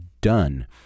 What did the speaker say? done